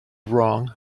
wrong